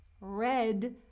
red